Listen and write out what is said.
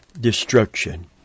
destruction